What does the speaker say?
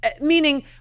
meaning